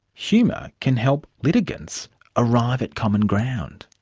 humour can help litigants arrive at common ground.